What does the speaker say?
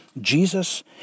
Jesus